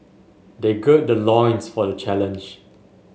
they gird their loins for the challenge